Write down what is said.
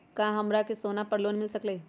का हमरा के सोना पर लोन मिल सकलई ह?